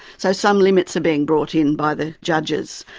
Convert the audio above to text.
so some limits are being brought in by the judges.